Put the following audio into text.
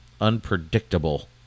unpredictable